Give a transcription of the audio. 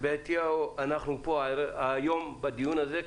שעה שבעטיו אנחנו כאן היום בדיון הזה.